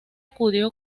acudió